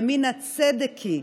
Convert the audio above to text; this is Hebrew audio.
ומן הצדק היא,